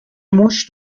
موش